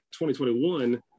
2021